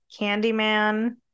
Candyman